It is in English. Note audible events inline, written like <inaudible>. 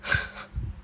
<laughs>